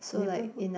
neighborhood